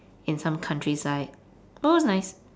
in some countryside oh it was nice